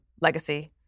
legacy